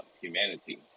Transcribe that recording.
humanity